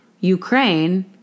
Ukraine